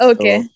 Okay